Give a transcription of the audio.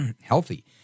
healthy